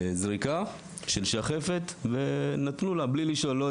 זריקה של שחפת ונתנו לה בלי לשאול,